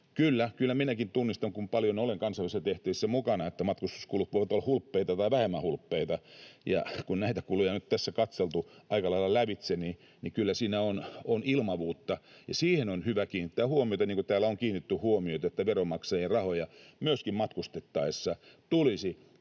kyllä minäkin tunnistan, kun paljon olen kansainvälisissä tehtävissä mukana, että matkustuskulut voivat olla hulppeita tai vähemmän hulppeita, ja kun näitä kuluja nyt tässä on katseltu aika lailla lävitse, niin kyllä siinä on ilmavuutta, ja siihen on hyvä kiinnittää huomiota, niin kuin täällä on kiinnitetty huomiota, että veronmaksajien rahoja myöskin matkustettaessa tulisi